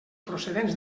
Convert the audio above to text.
procedents